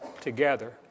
together